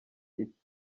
iti